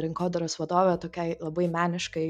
rinkodaros vadove tokiai labai meniškai